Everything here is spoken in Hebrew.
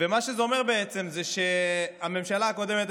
מה שזה אומר בעצם זה שהממשלה הקודמת,